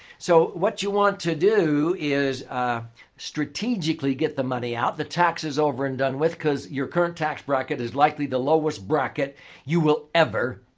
so, what you want to do is strategically get the money out the tax is over and done with because your current tax bracket is likely the lowest bracket you will ever,